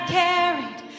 carried